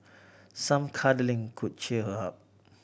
some cuddling could cheer her up